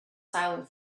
silent